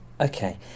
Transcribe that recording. Okay